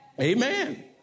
Amen